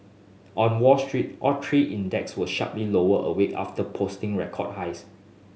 on Wall Street all three index were sharply lower a week after posting record highs